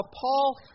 Paul